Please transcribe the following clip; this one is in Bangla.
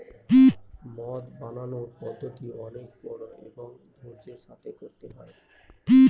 মদ বানানোর পদ্ধতি অনেক বড়ো এবং ধৈর্য্যের সাথে করতে হয়